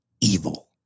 evil